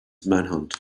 manhunt